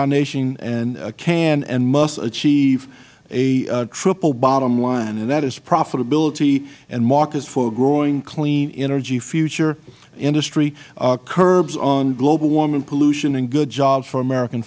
our nation can and must achieve a triple bottom line and that is profitability and markets for a growing clean energy future industry curbs on global warming pollution and good jobs for american